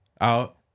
out